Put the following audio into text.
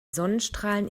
sonnenstrahlen